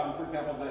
for example,